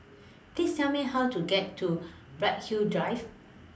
Please Tell Me How to get to Bright Hill Drive